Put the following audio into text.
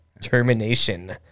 Termination